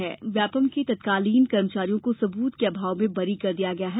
हालांकि व्यापम के तीन तत्कालीन कर्मचारियों को सबूत के अभाव में बरी कर दिया है